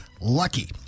Lucky